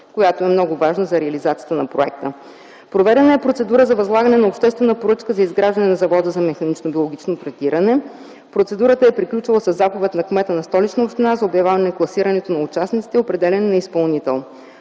която е много важна за реализацията на проекта. Проведена е процедура за възлагане на обществена поръчка за изграждане на Завода за механично и биологично третиране. Процедурата е приключила със заповед на кмета на Столична община с обявяване класирането на участниците и определяне на изпълнител.